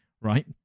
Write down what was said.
right